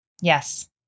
Yes